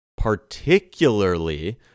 particularly